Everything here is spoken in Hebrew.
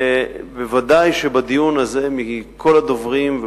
ודאי שמכל הדוברים בדיון הזה,